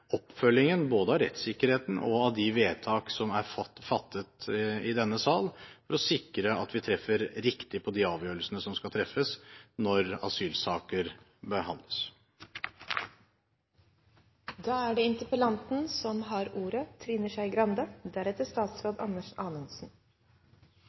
oppfølgingen både av rettssikkerheten og av de vedtak som er fattet i denne sal, for å sikre at vi treffer riktig på de avgjørelsene som skal treffes når asylsaker behandles. Det er